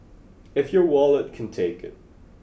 if your wallet can take it